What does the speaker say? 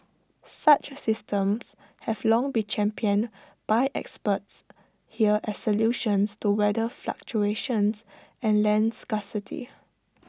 such systems have long been championed by experts here as solutions to weather fluctuations and land scarcity